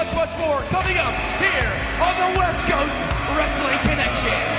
will be on the west coast wrestling connection